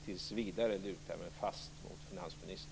Tills vidare lutar jag mig fast mot finansministern.